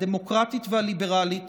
הדמוקרטית והליברלית